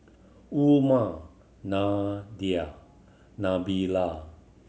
Umar Nadia Nabila